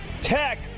Tech